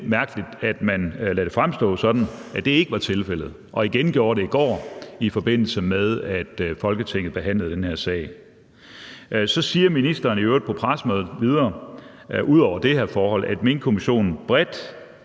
mærkeligt, at man lader det fremstå sådan, at det ikke var tilfældet, og at man gjorde det igen i går, i forbindelse med at Folketinget behandlede den her sag. Så siger ministeren i øvrigt på pressemødet videre – ud over det her forhold – at Minkkommissionen bredt